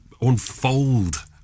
unfold